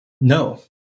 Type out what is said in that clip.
No